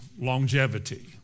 longevity